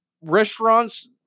restaurants